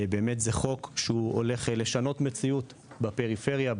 זה חוק שהולך לשנות מציאות בפריפריה,